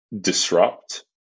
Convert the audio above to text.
disrupt